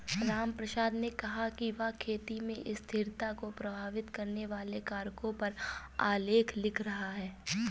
रामप्रसाद ने कहा कि वह खेती में स्थिरता को प्रभावित करने वाले कारकों पर आलेख लिख रहा है